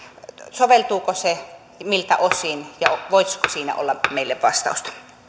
soveltuuko se miltä osin ja voisiko siinä olla meille vastausta